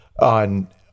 on